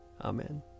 Amen